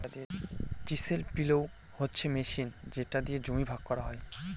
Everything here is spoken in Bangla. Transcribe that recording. চিসেল পিলও হচ্ছে মেশিন যেটা দিয়ে জমিকে ভাগ করা হয়